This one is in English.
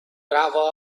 gravel